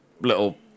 little